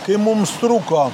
kai mums trūko